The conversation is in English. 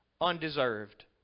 undeserved